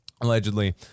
allegedly